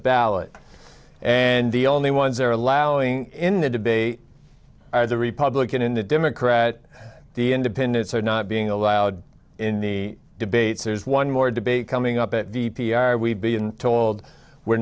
ballot and the only ones there allowing in the debate are the republican in the democrat the independents are not being allowed in the debates there's one more debate coming up at the p r we've been told we're